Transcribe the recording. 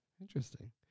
Interesting